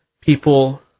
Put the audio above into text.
people